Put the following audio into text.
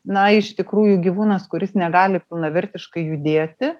na iš tikrųjų gyvūnas kuris negali pilnavertiškai judėti